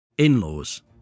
in-laws